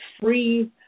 free